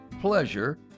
pleasure